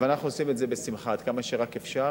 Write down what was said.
אבל אנחנו עושים את זה בשמחה, עד כמה שרק אפשר,